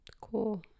Cool